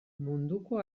munduko